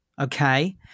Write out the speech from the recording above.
okay